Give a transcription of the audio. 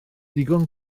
digon